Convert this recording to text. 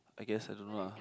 I guess I don't know lah